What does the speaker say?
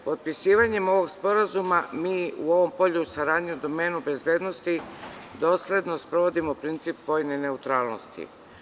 Potpisivanjem ovog sporazuma mi u ovom polju saradnje u domenu bezbednosti dosledno sprovodimo princip vojne neutralnosti.